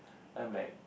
I'm like